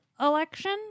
election